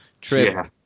trip